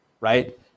right